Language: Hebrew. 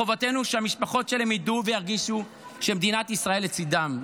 מחובתנו שהמשפחות שלהם ידעו וירגשו שמדינת ישראל לצידן.